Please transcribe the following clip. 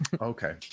okay